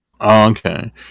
okay